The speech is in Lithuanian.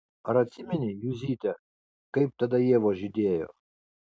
ar atsimeni juzyte kaip tada ievos žydėjo